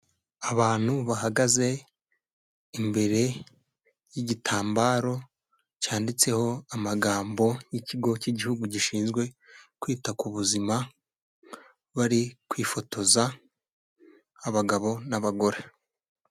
Abantu bahagaze imbere y'igitambaro cyanditseho amagambo y'ikigo cy'igihugu gishinzwe kwita ku buzima, bari kwifotoza abagabo n'abagore.